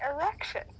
Erection